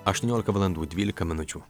aštuoniolika valandų dvylika minučių